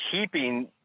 keeping